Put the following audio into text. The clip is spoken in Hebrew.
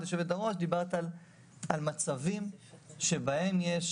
יושבת הראש: דיברת על מצבים שבהם יש